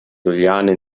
juliane